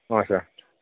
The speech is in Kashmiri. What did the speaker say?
آچھا